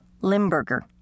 Limburger